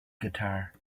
guitar